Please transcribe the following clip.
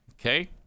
Okay